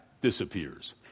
disappears